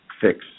fix